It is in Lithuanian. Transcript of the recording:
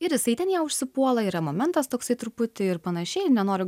ir jisai ten ją užsipuola yra momentas toksai truputį ir pananašiai nenoriu